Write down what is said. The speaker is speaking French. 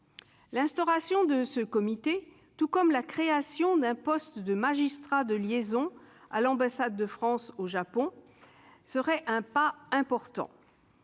L'instauration de ce comité, tout comme la création d'un poste de magistrat de liaison à l'ambassade de France au Japon, serait un pas important.